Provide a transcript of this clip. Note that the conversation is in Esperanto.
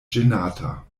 ĝenata